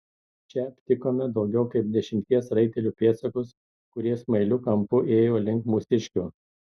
čia aptikome daugiau kaip dešimties raitelių pėdsakus kurie smailiu kampu ėjo link mūsiškių